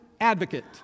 advocate